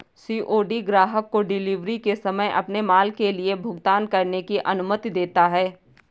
COD ग्राहक को delivery के समय अपने माल के लिए भुगतान करने की अनुमति देता है